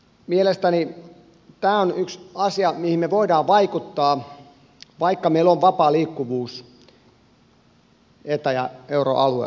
mielestäni tämä on yksi asia mihin me voimme vaikuttaa vaikka meillä on vapaa liikkuvuus eta ja euroalueella euroopassa